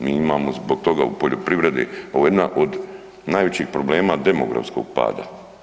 Mi imamo zbog toga u poljoprivredi, ovo je jedna od najvećih problema demografskog pada.